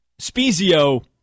Spezio